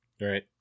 Right